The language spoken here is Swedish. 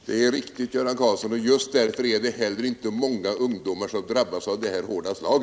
Herr talman! Det är riktigt, Göran Karlsson, och just därför är det inte heller många ungdomar som drabbas av detta hårda slag.